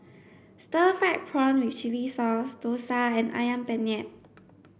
stir fried prawn with chili sauce dosa and ayam penyet